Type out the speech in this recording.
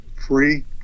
free